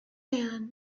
man